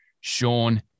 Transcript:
Sean